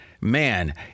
man